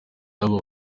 y’aba